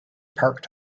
parked